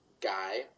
guy